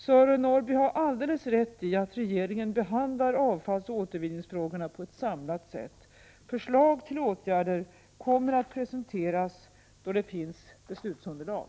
Sören Norrby har alldeles rätt i att regeringen behandlar avfallsoch återvinningsfrågorna på ett samlat sätt. Förslag på åtgärder kommer att presenteras då det finns beslutsunderlag.